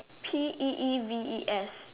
P E E V E S